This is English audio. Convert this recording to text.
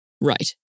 Right